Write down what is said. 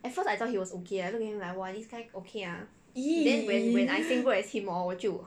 at first I thought he was okay I look at him like !wah! this guy okay ah then when when I same group as him hor 我就